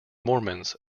mormons